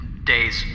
Days